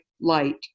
light